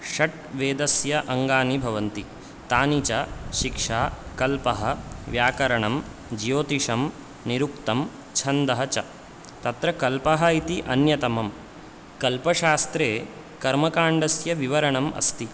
षट् वेदस्य अङ्गानि भवन्ति तानि च शिक्षा कल्पः व्याकरणं ज्योतिषं निरुक्तं छन्दः च तत्र कल्पः इति अन्यतमं कल्पशास्त्रे कर्मकाण्डस्य विवरणम् अस्ति